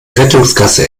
rettungsgasse